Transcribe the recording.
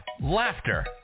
laughter